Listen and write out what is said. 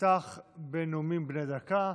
נפתח בנאומים בני דקה.